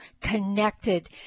connected